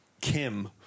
Kim